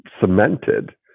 cemented